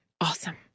Awesome